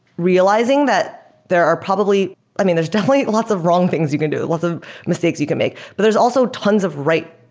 realizing that there are probably i mean, there's definitely lots of wrong things you can do, lots of mistakes you can make. but there're also tons of right,